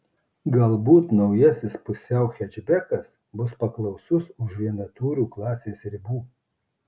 galbūt naujasis pusiau hečbekas bus paklausus už vienatūrių klasės ribų